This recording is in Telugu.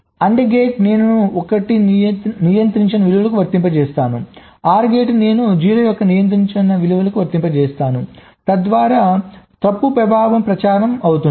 AND గేట్ నేను 1 యొక్క నియంత్రించని విలువను వర్తింపజేస్తాను OR గేట్ నేను 0 యొక్క నియంత్రించని విలువను వర్తింపజేస్తాను తద్వారా తప్పు ప్రభావం ప్రచారం అవుతుంది